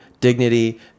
dignity